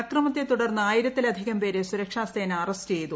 അക്രമത്തെ തുടർന്ന് ആയിരത്തിലധികം പേരെ സുരക്ഷാസേന അറസ്റ്റ് ചെയ്തു